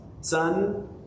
Son